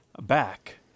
back